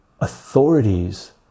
authorities